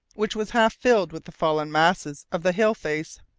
which was half filled with the fallen masses of the hill-face,